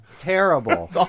terrible